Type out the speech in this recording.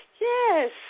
yes